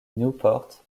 newport